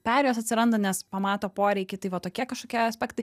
perėjos atsiranda nes pamato poreikį tai va tokie kažkokie aspektai